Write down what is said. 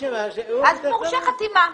אז מורשה חתימה.